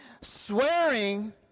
swearing